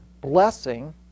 blessing